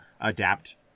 adapt